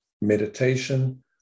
Meditation